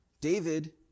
David